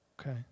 Okay